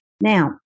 Now